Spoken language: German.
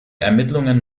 ermittlungen